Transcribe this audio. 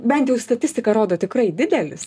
bent jau statistika rodo tikrai didelis